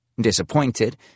Disappointed